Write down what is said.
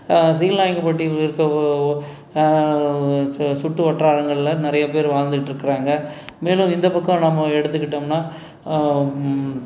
சீல்நாயக்கன்பட்டி இருக்க ஒ சுற்றுவட்டாரங்கள்ல நிறைய பேர் வாழ்ந்துகிட்ருக்கறாங்க மேலும் இந்த பக்கம் நம்ம எடுத்துக்கிட்டோம்னால்